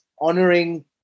honoring